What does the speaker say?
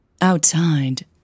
Outside